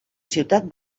ciutat